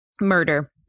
Murder